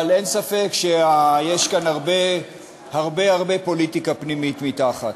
אבל אין ספק שיש כאן הרבה פוליטיקה פנימית מתחת.